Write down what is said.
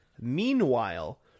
Meanwhile